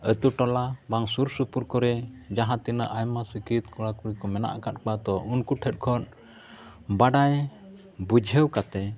ᱟᱛᱳᱼᱴᱚᱞᱟ ᱵᱟᱝ ᱥᱩᱨᱼᱥᱩᱯᱩᱨ ᱠᱚᱨᱮ ᱡᱟᱦᱟᱸ ᱛᱤᱱᱟᱹᱜ ᱟᱭᱢᱟ ᱥᱤᱠᱠᱷᱤᱛ ᱠᱚᱲᱟ ᱠᱩᱲᱤ ᱠᱚ ᱢᱮᱱᱟᱜ ᱟᱠᱟᱫ ᱠᱚᱣᱟ ᱛᱳ ᱩᱱᱠᱩ ᱴᱷᱮᱱ ᱠᱷᱚᱱ ᱵᱟᱰᱟᱭ ᱵᱩᱡᱷᱟᱹᱣ ᱠᱟᱛᱮᱫ